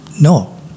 No